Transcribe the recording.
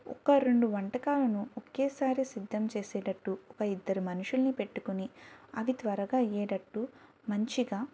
ఒక రెండు వంటకాలను ఒకేసారి సిద్ధం చేసేటట్టు ఒక ఇద్దరు మనుషుల్ని పెట్టుకొని అవి త్వరగా అయ్యేటట్టు మంచిగా